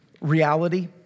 reality